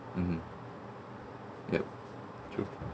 mmhmm yup true